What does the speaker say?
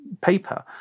paper